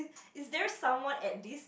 it there someone at this